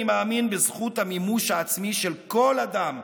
אני מאמין בזכות המימוש העצמי של כל אדם,